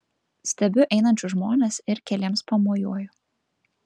stebiu einančius žmones ir keliems pamojuoju